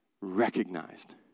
recognized